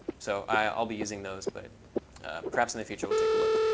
so i'll be using those. but perhaps in the future, we'll take a look.